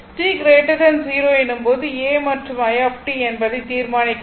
t 0 எனும் போது a மற்றும் i என்பதை தீர்மானிக்க வேண்டும்